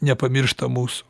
nepamiršta mūsų